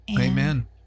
amen